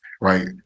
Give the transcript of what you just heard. right